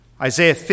Isaiah